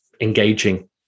engaging